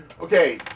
Okay